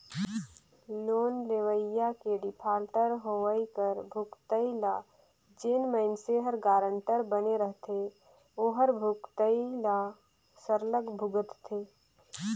loan लेवइया के defaulter होवई कर भुगतई ल जेन मइनसे हर गारंटर बने रहथे ओहर भुगतई ल सरलग भुगतथे